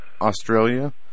Australia